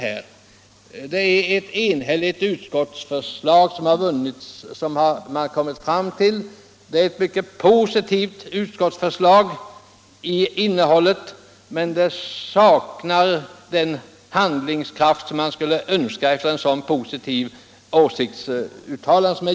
Det föreligger ett enhälligt utskottsbetänkande, som till sitt innehåll är mycket positivt men som inte ger prov på en sådan handlingskraft som man skulle önska efter en så välvillig skrivning.